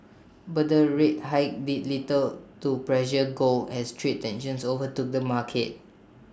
but the rate hike did little to pressure gold has trade tensions overtook the market